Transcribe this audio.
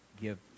give